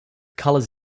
colours